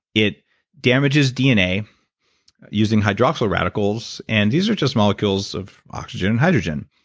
it damages dna using hydroxyl radicals and these are just molecules of oxygen and hydrogen.